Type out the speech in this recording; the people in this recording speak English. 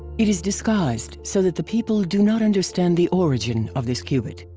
it is disguised so that the people do not understand the origin of this cubit.